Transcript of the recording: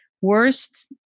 Worst